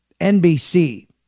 NBC